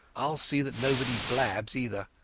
iall see that nobody blabs, either.